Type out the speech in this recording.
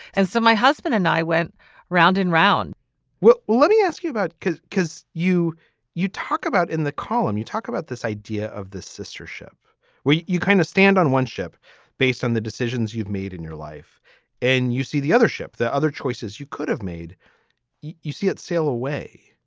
and so my husband and i went round and round well let me ask you about because because you you talk about in the column you talk about this idea of the sister ship where you you kind of stand on one ship based on the decisions you've made in your life and you see the other ship that other choices you could have made you you see it sail away